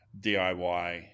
DIY